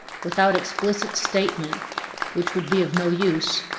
without explicit statement which would be of no use,